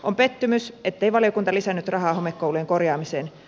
on pettymys ettei valiokunta lisännyt rahaa homekoulujen korjaamiseen